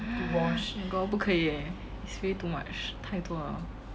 my gosh 不可以 eh it's really too much 太多了